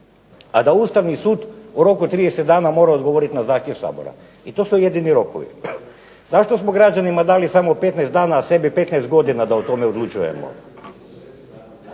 a da Ustavni sud u roku od 30 dana mora odgovoriti na zahtjev Sabora. I to su jedini rokovi. Zašto smo građanima dali samo 15 dana, a sebi 15 godina da o tome odlučujemo,